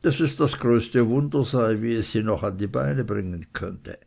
daß es das größte wunder sei wie es sie noch an die beine bringen könne